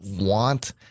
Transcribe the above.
want